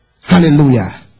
Hallelujah